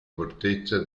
fortezza